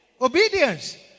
Obedience